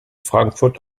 frankfurt